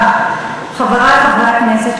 חברי חברי הכנסת,